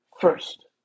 First